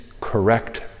correct